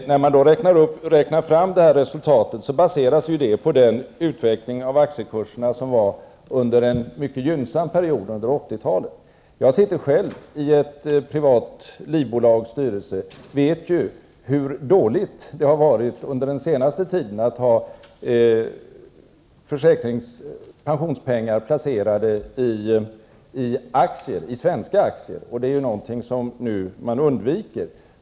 När man räknar fram resultatet baseras det på uträkningen av aktiekurserna under en mycket gynnsam period, nämligen 1980-talet. Jag sitter själv i ett privat livbolags styrelse och vet därför hur dåligt det under den senaste tiden har varit att ha pensionspengar placerade i svenska aktier. Det är någonting som man nu undviker.